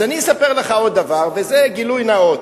אז אני אספר לך עוד דבר, וזה גילוי נאות,